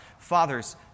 Fathers